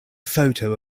photo